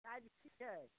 size की छै